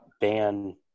ban